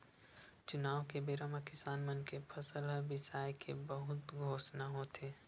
चुनाव के बेरा म किसान मन के फसल ल बिसाए के बहुते घोसना होथे